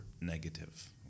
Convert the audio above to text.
negative